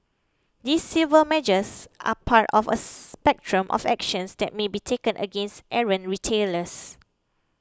these civil measures are part of a spectrum of actions that may be taken against errant retailers